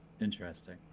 interesting